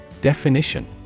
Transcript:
Definition